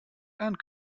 and